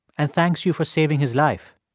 and thanks you for saving his life